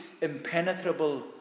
impenetrable